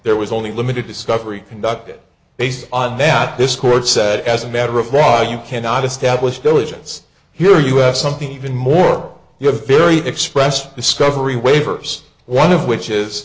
there was only limited discovery conducted based on that this court said as a matter of law you cannot establish diligence here us something even more you have a very expressed discovery waivers one of which is